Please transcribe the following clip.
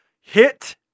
Hit